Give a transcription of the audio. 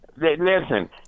Listen